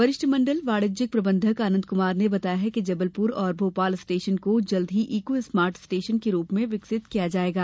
वरिष्ठ मंडल वाणिज्य प्रबंधक आनंद कुमार ने बताया कि जबलपुर और भोपाल स्टेशन को जल्द ही ईको स्मार्ट स्टेशन के रूप में विकसित किया जाएगा